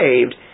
saved